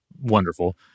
Wonderful